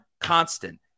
constant